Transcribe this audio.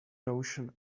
notion